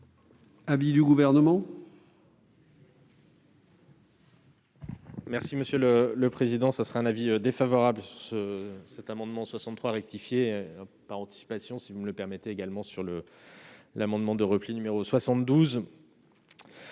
l'avis du Gouvernement ?